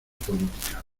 política